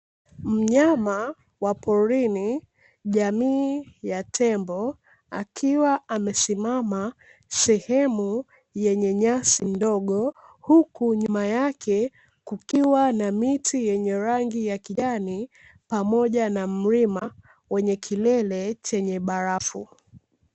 Mnyama wa porini jamii ya tembo akiwa amesimama sehemu yenye nyasi ndogo, huku nyuma yake kukiwa na miti yenye rangi ya kijani, pamoja na mlima wenye kilele chenye barafu.